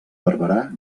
barberà